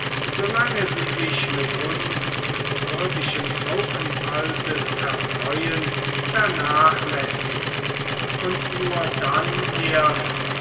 solange sie sich mit uns des irdischen aufenthaltes erfreuen vernachlässigt und nur dann erst